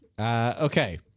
Okay